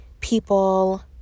people